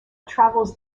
travels